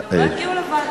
הם גם לא הגיעו לוועדה.